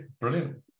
Brilliant